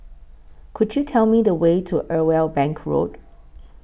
Could YOU Tell Me The Way to Irwell Bank Road